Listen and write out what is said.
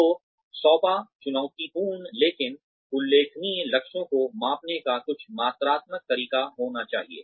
तो सौंपा चुनौतीपूर्ण लेकिन उल्लेखनीय लक्ष्यों को मापने का कुछ मात्रात्मक तरीका होना चाहिए